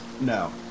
No